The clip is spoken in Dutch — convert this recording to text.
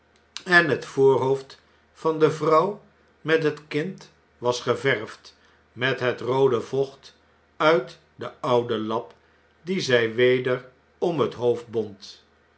en het voorhoofd van de vrouw met het kind was geverfd met het roode vocht uitden ouden lap dien zy weder om het hoofd bond